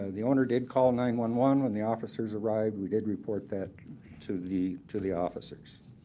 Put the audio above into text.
the owner did call nine one one. when the officers arrived, we did report that to the to the officers.